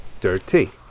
Dirty